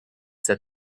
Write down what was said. that